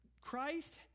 Christ